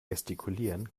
gestikulieren